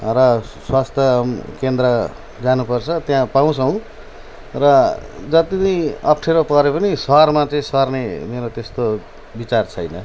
र स्वास्थ केन्द्र जानुपर्छ त्यहाँ पाउँछौँ र जति अप्ठ्यारो परे पनि सहरमा चाहिँ सर्ने मेरो त्यस्तो विचार छैन